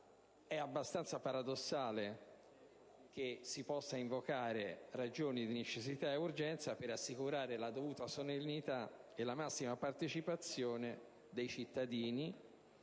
è abbastanza paradossale che si possano invocare ragioni di necessità e urgenza per assicurare la dovuta solennità e la massima partecipazione dei cittadini